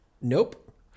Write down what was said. Nope